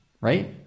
right